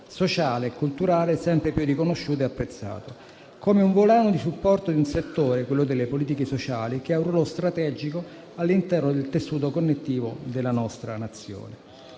sociale e culturale sempre più riconosciuto e apprezzato, come un volano di supporto in un settore, quello delle politiche sociali, che ha un ruolo strategico all'interno del tessuto connettivo della nostra Nazione.